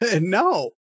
No